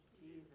Jesus